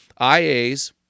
IAs